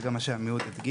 זה גם מה שעמיהוד הדגיש,